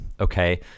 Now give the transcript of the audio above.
okay